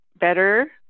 better